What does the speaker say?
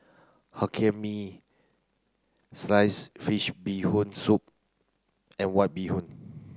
Hokkien Mee slice fish bee hoon soup and white bee hoon